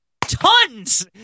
tons